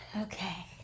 Okay